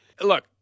Look